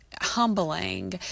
humbling